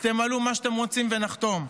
מלאו מה שאתם רוצים ונחתום.